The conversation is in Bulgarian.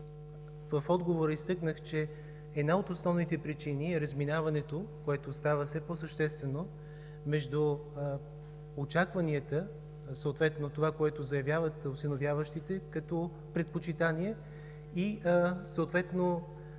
в отговора изтъкнах, че една от основните причини е разминаването, което става все по-съществено, между очакванията, съответно на това, което заявяват осиновяващите като предпочитание и профила